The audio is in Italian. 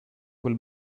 quel